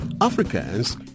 Africans